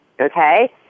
Okay